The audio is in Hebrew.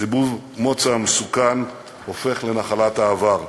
סיבוב מוצא המסוכן הופך לנחלת העבר.